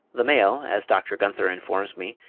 the male, as dr. gunther informs me,